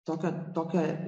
tokio tokia